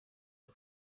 auf